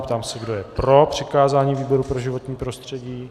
Ptám se, kdo je pro přikázání výboru pro životní prostředí.